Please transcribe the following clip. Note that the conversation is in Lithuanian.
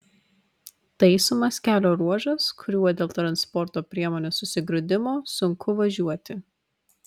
taisomas kelio ruožas kuriuo dėl transporto priemonių susigrūdimo sunku važiuoti